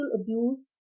abuse